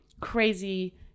crazy